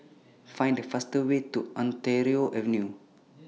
Find The fastest Way to Ontario Avenue